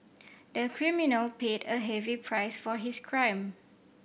the criminal paid a heavy price for his crime